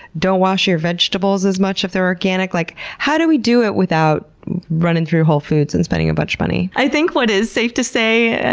don't wash your vegetables as much if they're organic? like how do we do it without running through whole foods and spending a bunch of money? i think what is safe to say,